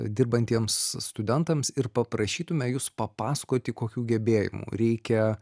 dirbantiems studentams ir paprašytume jus papasakoti kokių gebėjimų reikia